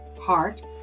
heart